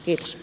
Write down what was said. kiitos